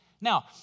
Now